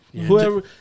Whoever